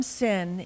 sin